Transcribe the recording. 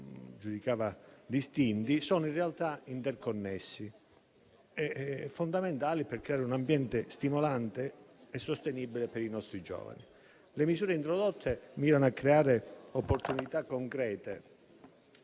giudicava distinti, sono in realtà interconnessi e fondamentali per creare un ambiente stimolante e sostenibile per i nostri giovani. Le misure introdotte mirano a creare opportunità concrete,